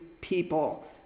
people